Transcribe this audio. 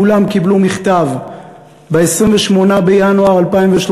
כולם קיבלו מכתב ב-28 בינואר 2013,